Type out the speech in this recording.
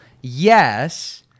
yes